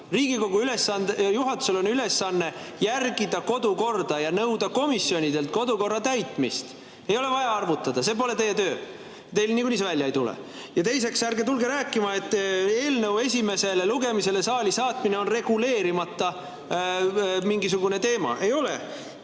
Riigikogu juhatusel on ülesanne järgida kodukorda ja nõuda komisjonidelt kodukorra täitmist. Ei ole vaja arvutada, see pole teie töö. Teil niikuinii see välja ei tule. Ja teiseks, ärge tulge rääkima, et eelnõu esimesele lugemisele saali saatmine on mingisugune reguleerimata teema. Ei ole.